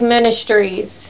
Ministries